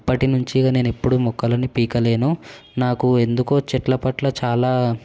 అప్పటినుంచిగా నేను ఎప్పుడూ మొక్కలని పీకలేను నాకు ఎందుకో చెట్ల పట్ల చాలా